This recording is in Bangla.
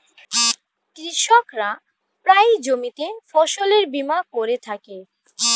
কৃষকরা প্রায়ই জমিতে ফসলের বীমা করে থাকে